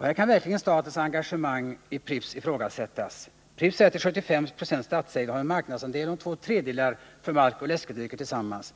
Här kan verkligen statens engagemang i Pripps ifrågasättas. Pripps är till 75 Zo statsägt och har en marknadsandel om två tredjedelar för maltoch läskedrycker tillsammans.